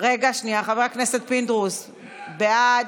חבר הכנסת פינדרוס, בעד,